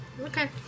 Okay